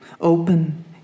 Open